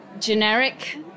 generic